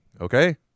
Okay